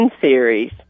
Series